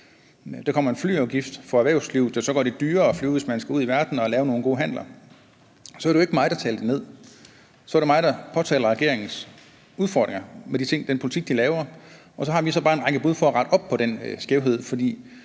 erhvervslivet en flyafgift, der gør det dyrere at flyve, hvis man skal ud i verden og lave nogle gode handler, så handler det jo ikke om, at jeg taler det ned. Jeg påtaler regeringens udfordringer med den politik, de laver, og så har vi bare en række bud på, hvordan man retter op på den skævhed. Det